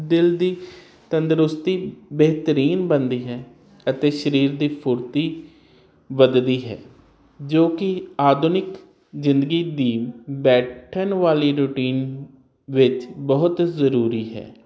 ਦਿਲ ਦੀ ਤੰਦਰੁਸਤੀ ਬਿਹਤਰੀਨ ਬਣਦੀ ਹੈ ਅਤੇ ਸਰੀਰ ਦੀ ਫੁਰਤੀ ਵਧਦੀ ਹੈ ਜੋ ਕਿ ਆਧੁਨਿਕ ਜਿੰਦਗੀ ਦੀ ਬੈਠਣ ਵਾਲੀ ਰੂਟੀਨ ਵਿੱਚ ਬਹੁਤ ਜਰੂਰੀ ਹੈ